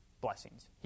blessings